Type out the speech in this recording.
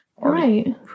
Right